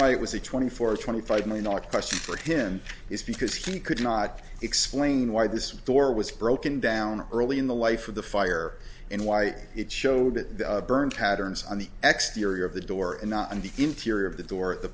why it was a twenty four twenty five million dollar question for him is because he could not explain why this door was broken down early in the life or the fire in why it showed that the burned patterns on the exteriors of the door and not on the interior of the door the